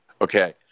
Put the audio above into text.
Okay